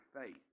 faith